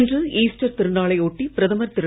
இன்று ஈஸ்டர் திருநாளை ஒட்டி பிரதமர் திரு